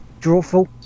Drawful